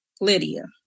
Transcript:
Lydia